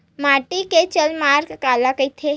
माटी के जलमांग काला कइथे?